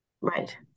Right